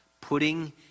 putting